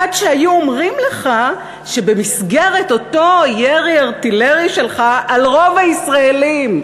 עד שהיו אומרים לך שבמסגרת אותו ירי ארטילרי שלך על רוב הישראלים,